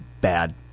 bad